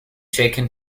shaken